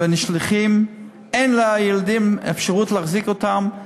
והם נשלחים, אין לילדים אפשרות להחזיק אותם,